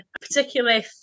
particularly